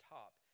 top